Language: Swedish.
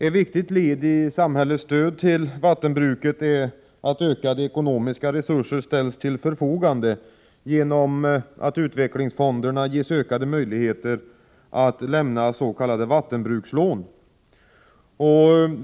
Ett viktigt led i samhällets stöd till vattenbruket är att ökade ekonomiska resurser ställs till förfogande genom att utvecklingsfonderna ges ökade möjligheter att lämna s.k. vattenbrukslån.